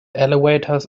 elevators